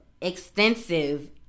extensive